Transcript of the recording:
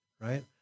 right